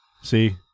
See